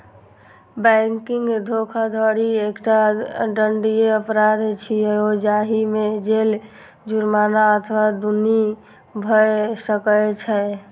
banking धोखाधड़ी एकटा दंडनीय अपराध छियै, जाहि मे जेल, जुर्माना अथवा दुनू भए सकै छै